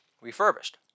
Refurbished